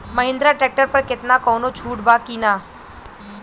Mahindra tractor पर केतना कौनो छूट बा कि ना?